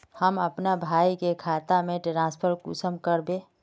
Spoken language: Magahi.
हम अपना भाई के खाता में ट्रांसफर कुंसम कारबे?